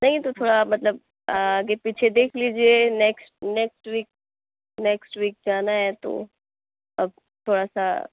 نہیں تو تھوڑا مطلب آگے پیچھے دیکھ لیجیے next next week next week جانا ہے تو آپ تھوڑا سا